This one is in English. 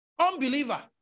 unbeliever